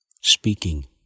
speaking